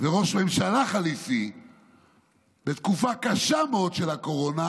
וראש ממשלה חליפי בתקופה קשה מאוד של הקורונה,